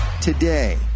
today